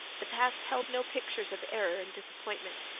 the past held no pictures of error and disappointment.